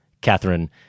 Catherine